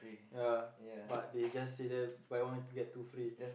ya but they just say there buy one get two free